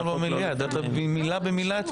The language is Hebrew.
קראת אותו אתמול במליאה, מילה במילה.